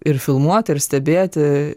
ir filmuoti ir stebėti